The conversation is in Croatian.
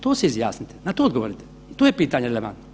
Tu se izjasnite, na to odgovorite, to je pitanje relevantno.